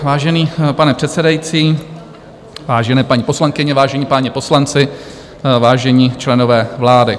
Vážený pane předsedající, vážené paní poslankyně, vážení páni poslanci, vážení členové vlády.